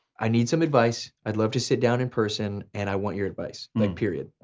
i need some advice, i'd love to sit down in person, and i want your advice, like period.